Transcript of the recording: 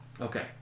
Okay